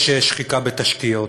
יש שחיקה בתשתיות.